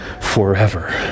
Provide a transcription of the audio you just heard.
forever